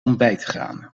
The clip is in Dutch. ontbijtgranen